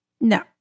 No